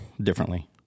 differently